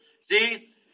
See